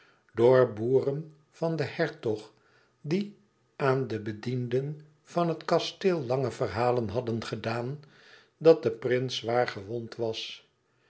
door boeren van den hertog die aan de bedienden van het kasteel lange verhalen hadden gedaan dat de prins zwaar gewond was